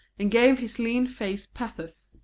and gave his lean face pathos.